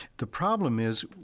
the problem is,